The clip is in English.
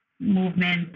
movement